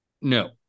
No